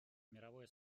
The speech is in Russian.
мировое